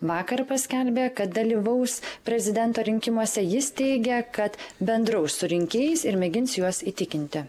vakar paskelbė kad dalyvaus prezidento rinkimuose jis teigia kad bendraus su rinkėjais ir mėgins juos įtikinti